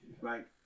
Right